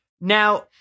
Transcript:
Now